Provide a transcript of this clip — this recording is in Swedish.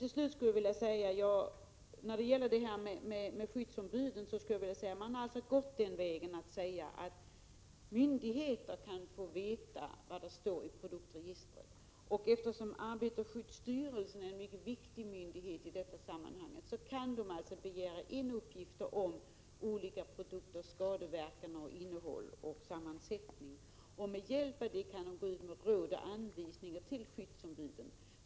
Till slut skulle jag vilja säga beträffande skyddsombuden att man har gått den vägen att myndigheter kan få veta vad det står i produktregistret. Eftersom arbetarskyddsstyrelsen är en mycket väsentlig myndighet i detta sammanhang kan den begära in uppgifter om olika produkters skadeverkan, innehåll och sammansättning och med hjälp av dessa gå ut med råd och anvisningar till skyddsombuden.